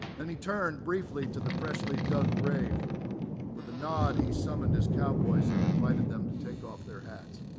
then he turned briefly to the freshly dug grave with a nod he summoned his cowboys and invited them to take off their hats.